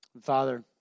Father